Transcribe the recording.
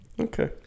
Okay